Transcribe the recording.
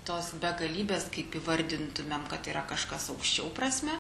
tos begalybės kaip įvardintumėm kad yra kažkas aukščiau prasme